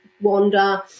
wander